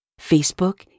Facebook